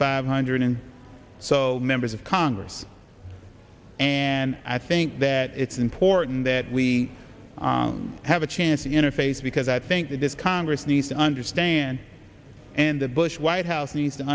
five hundred and so members of congress and i think that it's important that we have a chance to interface because i think that this congress needs to understand and the bush white house needs to